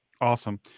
Awesome